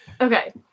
Okay